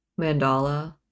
Mandala